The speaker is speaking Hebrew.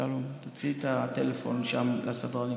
אפשר להוציא את הטלפון לשם, לסדרנים.